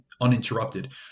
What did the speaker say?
uninterrupted